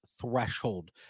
threshold